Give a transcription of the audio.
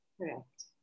Correct